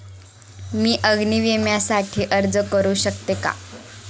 मी अग्नी विम्यासाठी अर्ज करू शकते का?